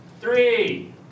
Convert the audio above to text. three